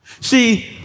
See